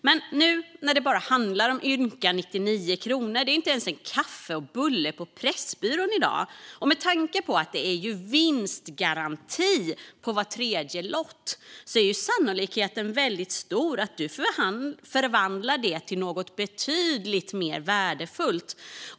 Men nu när det bara handlar om ynka 99 kronor, det är inte ens en kaffe och en bulle på Pressbyrån i dag, och med tanke på att det är vinstgaranti på var tredje lott är ju sannolikheten väldigt stor att du förvandlar det till något betydligt mer värdefullt.